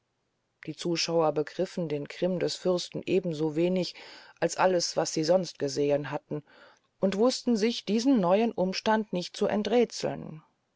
die zuschauer begriffen den grimm des fürsten eben so wenig als alles was sie sonst gesehen hatten und wusten sich diesen neuen umstand nicht zu